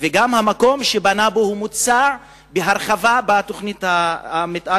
וגם המקום שהוא בנה בו מוצע בהרחבה בתוכנית המיתאר,